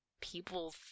people